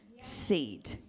seed